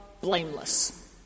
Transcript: blameless